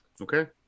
Okay